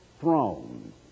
throne